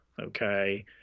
okay